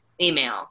email